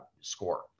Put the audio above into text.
score